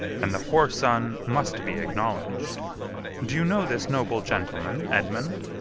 and the whoreson must be acknowledged do you know this noble gentleman, edmund?